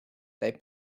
they